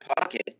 pocket